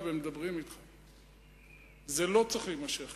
צריך לעזור